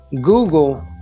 Google